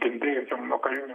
kentėjusiem nuo karinių